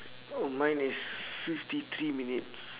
oh mine is fifty three minutes